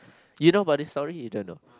you know about this story you don't know